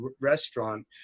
restaurant